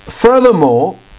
Furthermore